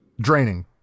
draining